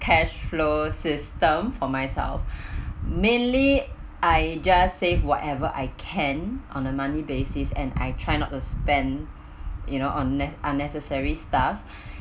cash flow system for myself mainly I just save whatever I can on a monthly basis and I try not to spend you know on net unnecessary stuff